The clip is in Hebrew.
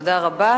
תודה רבה.